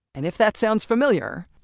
and if that sounds familiar,